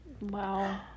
Wow